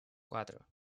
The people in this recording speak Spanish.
cuatro